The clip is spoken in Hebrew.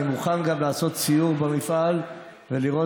אני מוכן גם לעשות סיור במפעל ולראות.